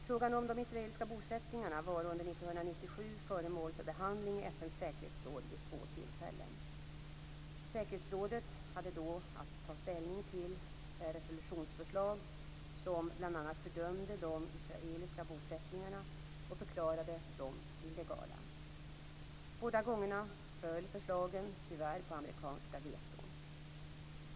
Frågan om de israeliska bosättningarna var under 1997 föremål för behandling i FN:s säkerhetsråd vid två tillfällen. Säkerhetsrådet hade då att ta ställning till resolutionsförslag som bl.a. fördömde de israeliska bosättningarna och förklarade dem illegala. Båda gångerna föll förslagen tyvärr på amerikanska veton.